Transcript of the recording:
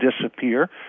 disappear